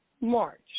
March